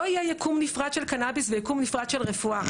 לא יהיה יקום נפרד של קנביס ויקום נפרד של רפואה,